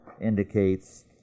indicates